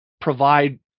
provide